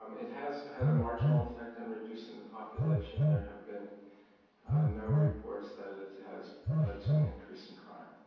um it has had a marginal effect on reducing the population. there have been no reports that it has led to an increase in crime,